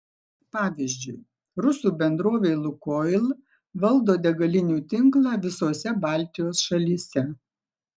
pavyzdžiui rusų bendrovė lukoil valdo degalinių tinklą visose baltijos šalyse